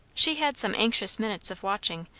she had some anxious minutes of watching,